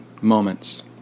moments